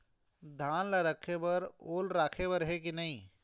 धान ला रखे बर ओल राखे बर हे कि नई?